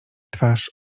twarz